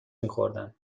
میخوردم